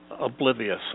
oblivious